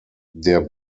der